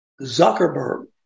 Zuckerberg